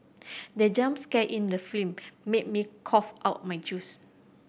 the jump scare in the film made me cough out my juice